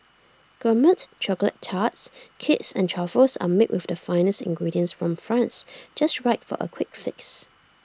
Gourmet Chocolate Tarts Cakes and truffles are made with the finest ingredients from France just right for A quick fix